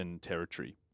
Territory